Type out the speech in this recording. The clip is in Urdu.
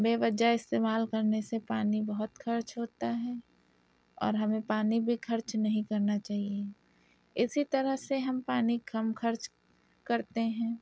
بے وجہ استعمال کرنے سے پانی بہت خرچ ہوتا ہے اور ہمیں پانی بھی خرچ نہیں کرنا چاہیے اسی طرح سے ہم پانی کم خرچ کرتے ہیں